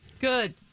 Good